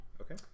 Okay